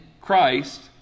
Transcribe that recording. Christ